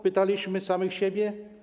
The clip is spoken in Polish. Pytaliśmy samych siebie.